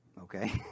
Okay